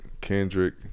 Kendrick